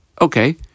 Okay